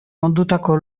ondutako